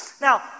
Now